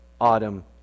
autumn